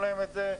והסבירו להם את זה.